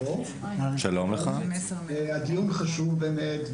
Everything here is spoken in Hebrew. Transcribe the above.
הדיון הוא באמת חשוב.